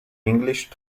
english